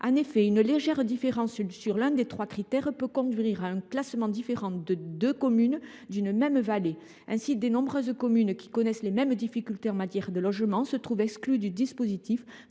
En effet, une légère différence sur l’un des trois critères peut conduire à un classement différent de deux communes d’une même vallée. Ainsi, de nombreuses communes qui connaissent les mêmes difficultés en matière de logement se trouvent exclues du dispositif,